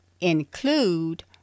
include